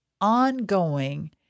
ongoing